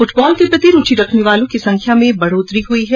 football के प्रति रूचि रखने वालों की संख्या में काफी बढोतरी हुई है